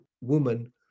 woman